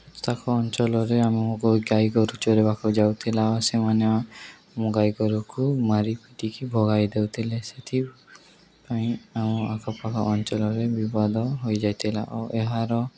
ତାଙ୍କ ଅଞ୍ଚଳରେ ଆମ ଗାଈ ଗୋରୁ ଚରିବାକୁ ଯାଉଥିଲା ଆଉ ସେମାନେ ଗାଈ ଗୋରୁକୁ ମାରି ପିଟିକି ଭଗାଇ ଦେଉଥିଲେ ସେଥିପାଇଁ ଆମ ଆଖପାଖ ଅଞ୍ଚଳରେ ବିବାଦ ହୋଇଯାଇଥିଲା ଓ ଏହାର